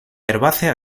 herbácea